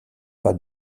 pas